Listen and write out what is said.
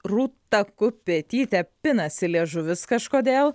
rūta kupetytė pinasi liežuvis kažkodėl